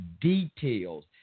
details